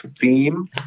theme